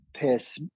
piss